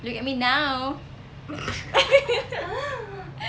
look at me now